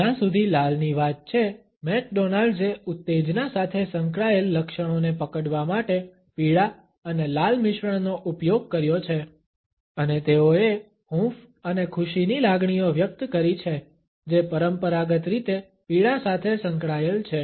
જ્યા સુધી લાલની વાત છે મેકડોનાલ્ડ્સએ ઉત્તેજના સાથે સંકળાયેલ લક્ષણોને પકડવા માટે પીળા અને લાલ મિશ્રણનો ઉપયોગ કર્યો છે અને તેઓએ હૂંફ અને ખુશીની લાગણીઓ વ્યક્ત કરી છે જે પરંપરાગત રીતે પીળા સાથે સંકળાયેલ છે